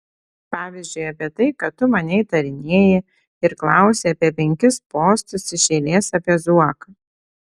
pavyzdžiui apie tai kad tu mane įtarinėji ir klausi apie penkis postus iš eilės apie zuoką